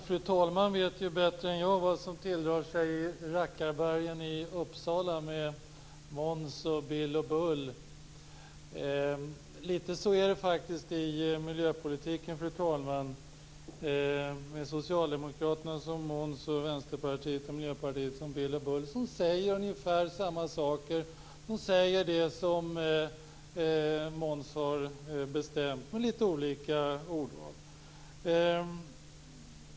Fru talman! Fru talmannen vet bättre än jag vad som tilldrar sig i Rackarbergen i Uppsala, med Måns och Bill och Bull. Litet så är det i miljöpolitiken, med Miljöpartiet som Bill och Bull. De säger ungefär samma saker. De säger det som Måns har bestämt, med litet olika ordval.